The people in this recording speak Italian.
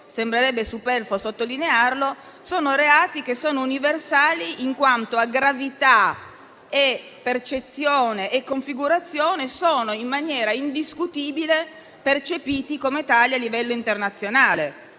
sembrerebbe superfluo sottolinearlo - sono reati universali perché, quanto a gravità, percezione e configurazione, sono in maniera indiscutibile percepiti come tali a livello internazionale: